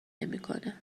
نمیکنه